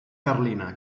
carlina